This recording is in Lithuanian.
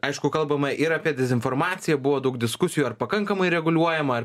aišku kalbama ir apie dezinformaciją buvo daug diskusijų ar pakankamai reguliuojama